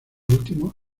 último